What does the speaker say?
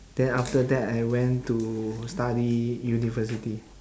then after that I went to study university